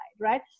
right